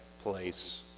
place